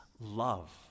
love